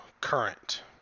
current